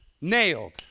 Nailed